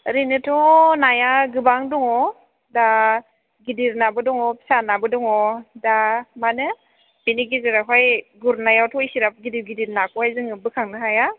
ओरैनोथ' नाया गोबां दङ दा गिदिर नाबो दङ फिसा नाबो दङ दा माने बेनि गेजेरावहाय गुरनायावथ' एसिग्राब गिदिर गिदिर नाखौ जोङो बोखांनो हाया